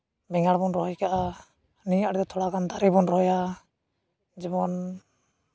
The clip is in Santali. ᱵᱮᱸᱜᱟᱲ ᱵᱚᱱ ᱨᱚᱦᱚᱭ ᱠᱟᱜᱼᱟ ᱱᱤᱭᱟᱹ ᱟᱬᱮ ᱫᱚ ᱛᱷᱚᱲᱟ ᱜᱟᱱ ᱫᱟᱨᱮ ᱵᱚᱱ ᱨᱚᱦᱚᱭᱟ ᱡᱮᱢᱚᱱ